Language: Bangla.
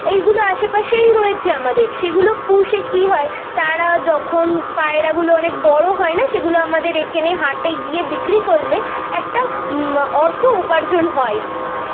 এইগুলো আশেপাশেই রয়েছে আমাদের সেগুলো পুষে কী হয় তারা যখন পায়রাগুলো অনেক বড়ো হয় না সেগুলো আমাদের এখেনে হাটে গিয়ে বিক্রি করলে একটা অর্থ উপার্জন হয়